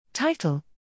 Title